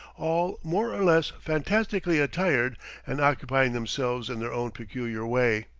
all more or less fantastically attired and occupying themselves in their own peculiar way.